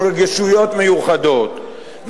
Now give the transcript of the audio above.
עם רגישויות מיוחדות,